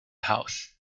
house